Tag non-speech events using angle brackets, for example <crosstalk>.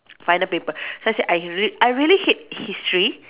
final paper <breath> so I said I really I really hate history